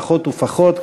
פחות ופחות,